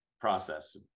process